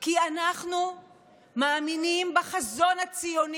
כי אנחנו מאמינים בחזון הציוני.